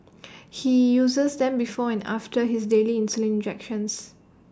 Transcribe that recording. he uses them before and after his daily insulin injections